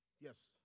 yes